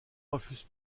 refuse